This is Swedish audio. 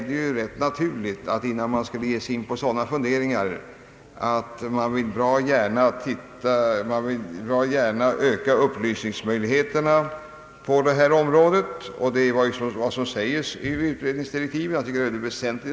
Det är dock naturligt att man gärna vill öka upplysningsmöjligheterna på detta område innan man ger sig in på sådana funderingar. Detta sägs också i utredningsdirektiven. Jag tycker att vad som där yttras är mycket väsentligt.